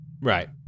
Right